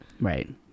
Right